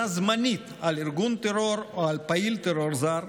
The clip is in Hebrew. זמנית" על ארגון טרור או על פעיל טרור זר,